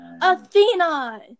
Athena